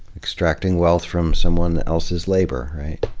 extracting wealth from someone else's labor, right?